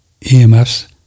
EMFs